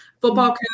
football